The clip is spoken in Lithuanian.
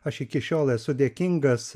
aš iki šiol esu dėkingas